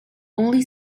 only